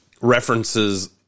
references